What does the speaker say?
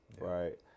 right